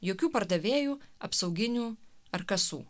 jokių pardavėjų apsauginių ar kasų